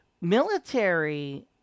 military